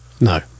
No